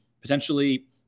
potentially